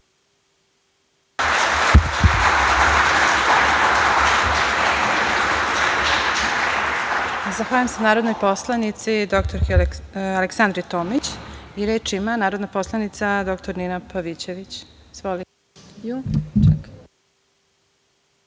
Zahvaljujem se narodnoj poslanici dr Aleksandri Tomić. Reč ima narodna poslanica dr Nina Pavićević.